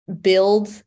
build